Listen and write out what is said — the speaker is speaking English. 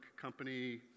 company